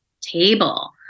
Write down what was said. table